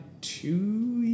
two